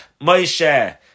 Moshe